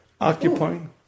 occupying